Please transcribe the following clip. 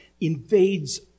invades